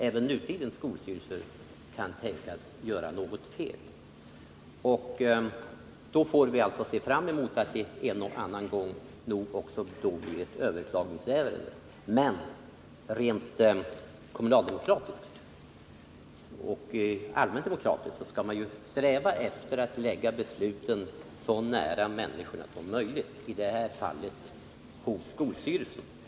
Även nutidens skolstyrelser kan nog tänkas göra något fel, och därför kan vi vänta oss att det en och annan gång uppkommer ett överklagningsärende. Men rent kommunaldemokratiskt och allmänt demokratiskt skall man sträva efter att lägga besluten så nära människorna som möjligt, i sådana här fall hos skolstyrelsen.